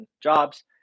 jobs